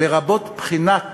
לרבות בחינת